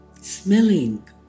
smelling